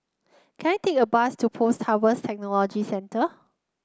can I take a bus to Post Harvest Technology Centre